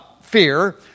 fear